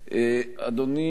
אדוני,